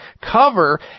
cover